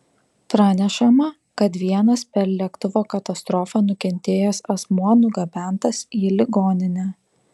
pranešama kad vienas per lėktuvo katastrofą nukentėjęs asmuo nugabentas į ligoninę